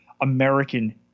American